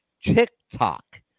TikTok